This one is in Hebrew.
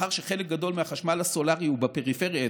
מאחר שחלק גדול מהחשמל הסולרי הוא בפריפריה,